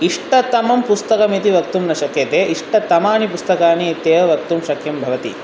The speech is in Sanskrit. इष्टतमं पुस्तकम् इति वक्तुं न शक्यते इष्टतमानि पुस्तकानि ते वक्तुं शक्यं भवति